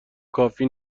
کافی